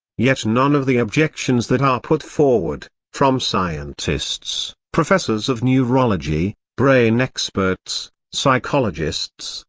yet none of the objections that are put forward, from scientists, professors of neurology, brain experts, psychologists,